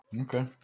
Okay